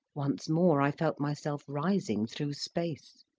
once more i felt myself rising through space.